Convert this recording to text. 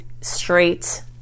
straight